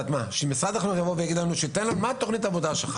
שמשרד החינוך ייתן לנו את תכנית העבודה שלו